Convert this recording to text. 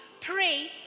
pray